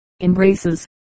embraces